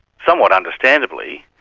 somewhat understandably,